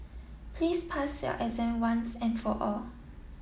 please pass your exam once and for all